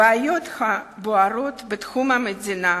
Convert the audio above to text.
הבעיות הבוערות בתחום המדיני,